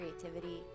creativity